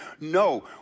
No